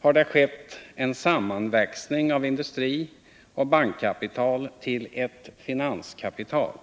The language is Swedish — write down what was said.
har det skett en sammanväxning av industrioch bankkapital till ett finanskapital.